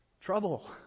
Trouble